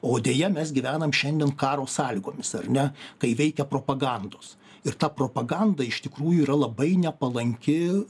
o deja mes gyvenam šiandien karo sąlygomis ar ne kai veikia propagandos ir ta propaganda iš tikrųjų yra labai nepalanki